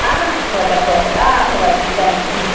आ अभवत् अभवत् आ अभवत् इदानीं